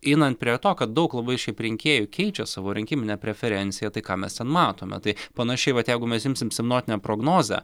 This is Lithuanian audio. einant prie to kad daug labai šiaip rinkėjų keičia savo rinkiminę preferenciją tai ką mes ten matome tai panašiai vat jeigu mes imsim sinoptinę prognozę